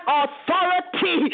authority